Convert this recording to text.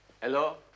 Hello